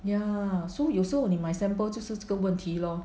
ya so 有时候你买 sample 就是这个问题 lor